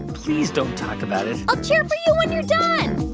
please don't talk about it i'll cheer for you when you're done